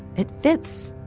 it fits!